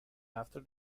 after